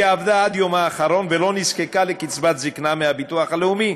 עבדה עד יומה האחרון ולא נזקקה לקצבת זיקנה מהביטוח הלאומי,